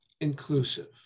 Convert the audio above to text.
inclusive